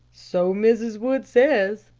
so mrs. wood says,